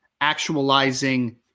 actualizing